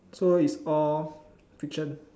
so is all fiction